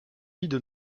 vide